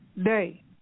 day